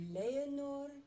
Leonor